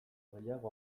gehiago